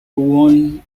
won